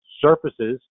Surfaces